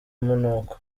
umunuko